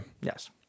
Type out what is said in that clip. Yes